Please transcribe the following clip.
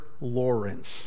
Lawrence